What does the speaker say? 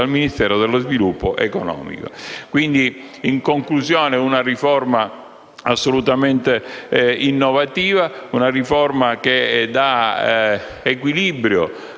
dal Ministero dello sviluppo economico.